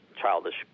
childish